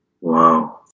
wow